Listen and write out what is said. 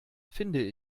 finde